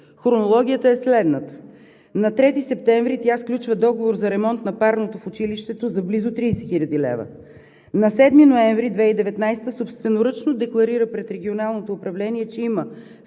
Хронологията е следната: На 3 септември тя сключва договор за ремонт на парното в училището за близо 30 хил. лв. На 7 ноември 2019 г. собственоръчно декларира пред Регионалното управление, че има